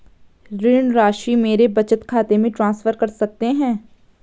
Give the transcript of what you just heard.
ऋण राशि मेरे बचत खाते में ट्रांसफर कर सकते हैं?